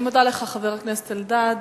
אני מודה לך, חבר הכנסת אלדד.